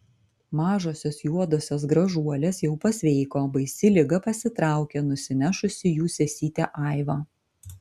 mažosios juodosios gražuolės jau pasveiko baisi liga pasitraukė nusinešusi jų sesytę aivą